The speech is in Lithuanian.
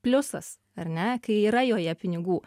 pliusas ar ne kai yra joje pinigų